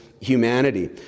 humanity